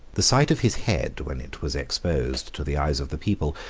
the sight of his head, when it was exposed to the eyes of the people,